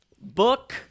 book